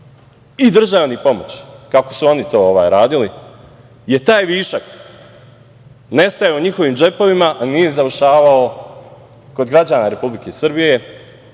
i državnih pomoći, kako su oni to radili, taj višak nestajao u njihovim džepovima, a nije završavao kod građana Republike Srbije,